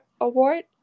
Award